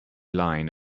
line